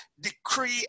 decree